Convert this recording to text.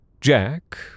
Jack